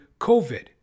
COVID